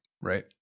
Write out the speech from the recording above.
right